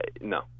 no